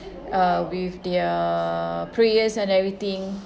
uh with their prayers and everything